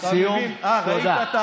לסיום, תודה.